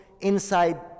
inside